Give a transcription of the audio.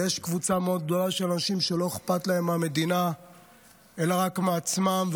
ויש קבוצה גדולה של אנשים שלא אכפת להם מהמדינה אלא רק מעצמם.